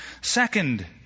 second